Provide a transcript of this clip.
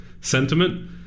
sentiment